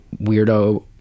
weirdo